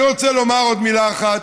אני רוצה לומר עוד מילה אחת.